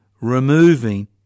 removing